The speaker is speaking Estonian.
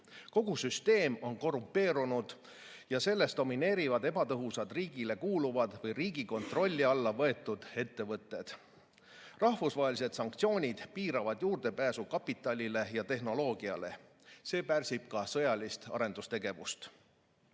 kogu süsteem on korrumpeerunud ja selles domineerivad ebatõhusad riigile kuuluvad või riigi kontrolli alla võetud ettevõtted. Rahvusvahelised sanktsioonid piiravad juurdepääsu kapitalile ja tehnoloogiale. See pärsib ka sõjalist arendustegevust. Läänes